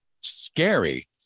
scary